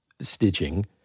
stitching